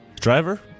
driver